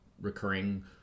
recurring